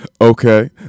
Okay